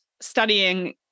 studying